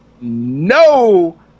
no